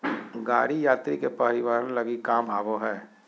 गाड़ी यात्री के परिवहन लगी काम आबो हइ